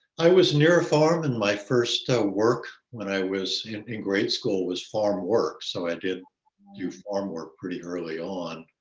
i was near a farm and my first ah work when i was in in grade school was farm work. so i did farm work pretty early on.